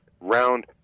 round